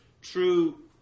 true